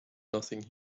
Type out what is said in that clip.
nothing